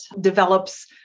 develops